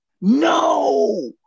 No